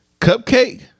Cupcake